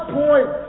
point